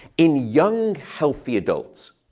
in young, healthy adults,